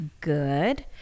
good